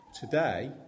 today